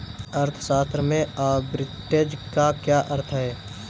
अर्थशास्त्र में आर्बिट्रेज का क्या अर्थ है?